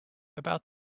about